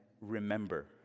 remember